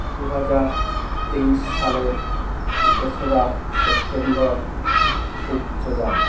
দু হাজার তেইশ সালের দোসরা সেপ্টেম্বর সূর্যযান